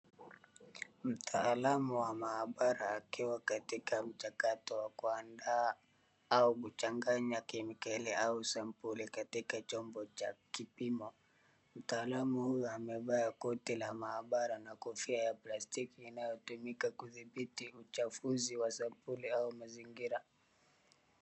Mtaalamu wa maabara akiwa katika mchakato wa kuandaa au kuchanganya kemikali au sampuli katika chombo cha kipimo. Mtaalamu huyu amevaa koti la maabara na kofia ya plastikii inayotumika kudhibiti uchafuzi wa sampuli au mazingira.